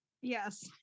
Yes